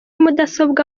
mudasobwa